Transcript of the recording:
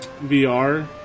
VR